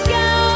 go